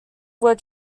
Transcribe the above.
were